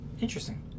Interesting